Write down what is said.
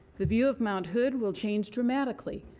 the view of mount hood will change dramatically.